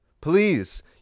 Please